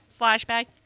flashback